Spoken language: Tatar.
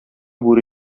бүре